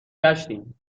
گشتیم